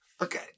Okay